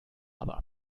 aber